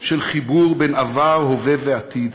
של חיבור בין עבר, הווה ועתיד.